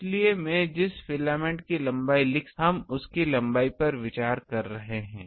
इसलिए मैं जिस फिलामेंट की लंबाय लिख सकता हूं हम उसकी लंबाय पर विचार कर रहे हैं